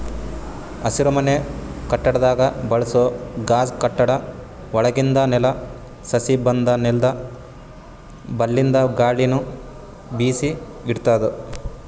ಹಸಿರುಮನೆ ಕಟ್ಟಡದಾಗ್ ಬಳಸೋ ಗಾಜ್ ಕಟ್ಟಡ ಒಳಗಿಂದ್ ನೆಲ, ಸಸಿ ಮತ್ತ್ ನೆಲ್ದ ಬಲ್ಲಿಂದ್ ಗಾಳಿನು ಬಿಸಿ ಇಡ್ತದ್